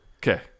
Okay